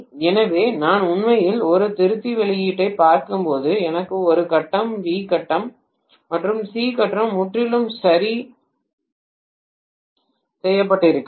எனவே நான் உண்மையில் ஒரு திருத்தி வெளியீட்டைப் பார்க்கும்போது எனக்கு ஒரு கட்டம் பி கட்டம் மற்றும் சி கட்டம் முற்றிலும் சரி செய்யப்பட்டிருக்கலாம்